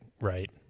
right